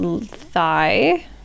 thigh